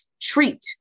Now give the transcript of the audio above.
treat